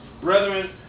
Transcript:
Brethren